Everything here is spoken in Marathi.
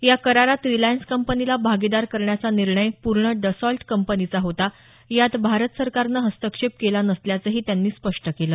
या करारात रिलायंस कंपनीला भागीदार करण्याचा निर्णय पूर्ण दसॉल्ट कंपनीचा होता यात भारत सरकारनं हस्तक्षेप केला नसल्याचंही त्यांनी स्पष्ट केलं